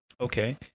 Okay